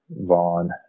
Vaughn